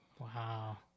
Wow